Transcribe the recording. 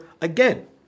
Again